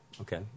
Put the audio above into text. Okay